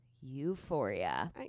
Euphoria